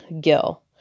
Gil